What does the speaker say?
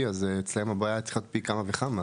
אז אצלם הבעיה היא צריכה להיות פי כמה וכמה.